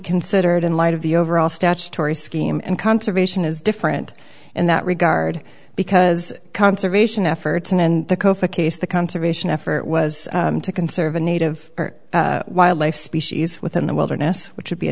considered in light of the overall statutory scheme and conservation is different in that regard because conservation efforts in and the kofa case the conservation effort was to conserve a native wildlife species within the wilderness which would be a